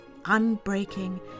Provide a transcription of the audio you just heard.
unbreaking